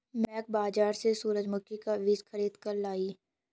महक बाजार से सूरजमुखी का बीज खरीद कर लाई